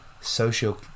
social